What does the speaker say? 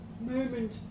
Moment